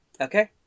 Okay